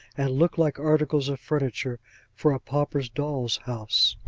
and look like articles of furniture for a pauper doll's-house.